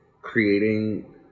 creating